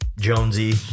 Jonesy